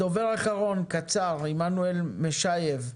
הדובר האחרון עמנואל משייב,